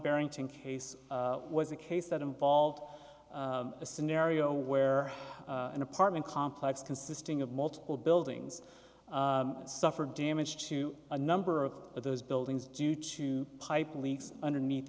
berrington case was a case that involved a scenario where an apartment complex consisting of multiple buildings suffered damage to a number of those buildings due to pipe leaks underneath